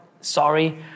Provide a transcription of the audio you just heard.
sorry